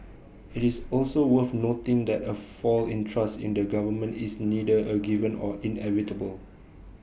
IT is also worth noting that A fall in trust in the government is neither A given or inevitable